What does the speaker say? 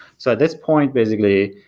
so this point, basically,